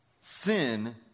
Sin